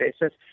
basis